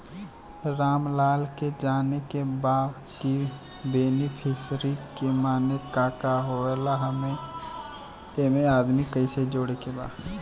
रामलाल के जाने के बा की बेनिफिसरी के माने का का होए ला एमे आदमी कैसे जोड़े के बा?